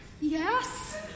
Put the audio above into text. Yes